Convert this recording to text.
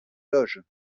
loges